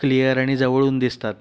clear आणि जवळून दिसतात